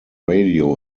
radio